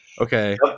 Okay